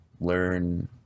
learn